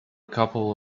couple